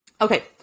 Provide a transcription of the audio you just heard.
Okay